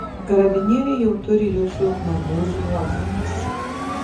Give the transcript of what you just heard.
karabinieriai jau turi jūsų marmūzių nuotraukas